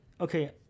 okay